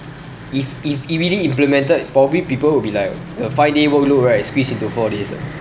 if if if really implemented probably people would be like a five day work load right squeeze into four days ah